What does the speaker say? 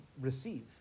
receive